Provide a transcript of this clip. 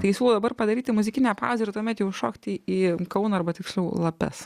tai siūlau dabar padaryti muzikinę pauzę ir tuomet jau šokti į kauną arba tiksliau lapes